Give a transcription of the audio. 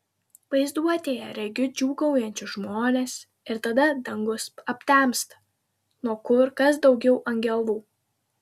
vaizduotėje regiu džiūgaujančius žmones ir tada dangus aptemsta nuo kur kas daugiau angelų